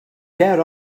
care